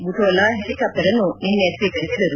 ಬುಟೊಲಾ ಹೆಲಿಕಾಪ್ಟರ್ನ್ನು ನಿನ್ನೆ ಸ್ವೀಕರಿಸಿದರು